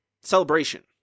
Celebration